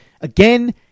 Again